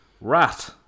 Rat